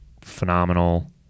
phenomenal